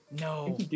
No